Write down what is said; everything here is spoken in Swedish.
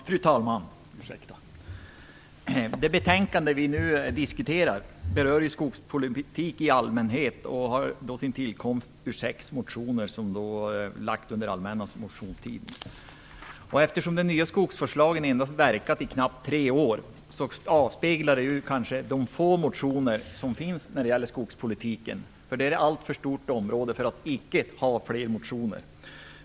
Fru talman! Det betänkande som vi nu diskuterar berör ju skogspolitik i allmänhet och har sin tillkomst i sex motioner som väcktes under allmänna motionstiden. Den nya skogsvårdslagen har varit i kraft under knappt tre år, vilket kanske avspeglar att det har väckts så få motioner om skogspolitiken. När det gäller detta stora område borde det ha väckts fler motioner.